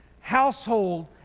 household